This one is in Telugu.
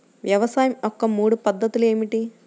వ్యవసాయం యొక్క మూడు పద్ధతులు ఏమిటి?